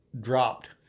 dropped